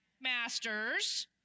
masters